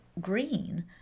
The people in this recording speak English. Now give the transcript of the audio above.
green